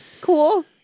cool